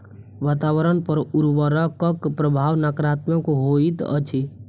वातावरण पर उर्वरकक प्रभाव नाकारात्मक होइत अछि